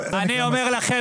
חברי הכנסת, אני אומר לכם